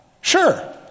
Sure